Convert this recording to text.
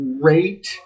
great